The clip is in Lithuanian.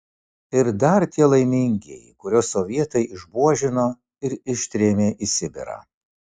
ir dar tie laimingieji kuriuos sovietai išbuožino ir ištrėmė į sibirą